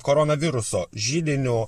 koronaviruso židiniu